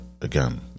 again